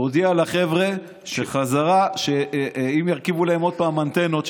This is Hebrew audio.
תודיע לחבר'ה שאם ירכיבו להם שוב אנטנות,